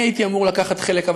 אני הייתי אמור לקחת בה חלק,